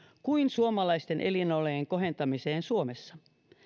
kuin suomalaisten elinolojen kohentamiseen suomessa